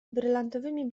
brylantowymi